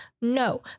No